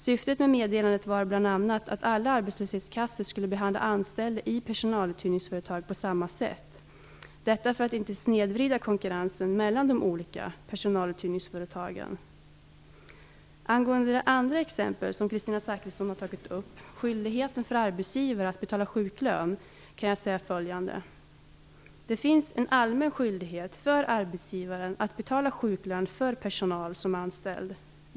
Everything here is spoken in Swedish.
Syftet med meddelandet var bl.a. att alla arbetslöshetskassor skulle behandla anställda i personaluthyrningsföretag på samma sätt, detta för att inte snedvrida konkurrensen mellan de olika personaluthyrningsföretagen. Zakrisson har tagit upp, skyldigheten för arbetsgivaren att betala sjuklön, kan jag säga följande. Det finns en allmän skyldighet för arbetsgivaren att betala sjuklön för personal som är anställd.